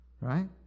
right